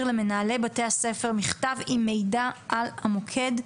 למנהלי בתי הספר מכתב עם מידע על המוקד,